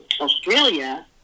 Australia